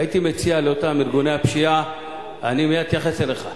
והייתי מציע לאותם ארגוני הפשיעה ------ אני מייד אתייחס אליך,